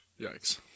Yikes